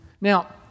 Now